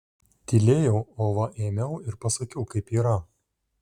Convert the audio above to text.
tylėjau o va ėmiau ir pasakiau kaip yra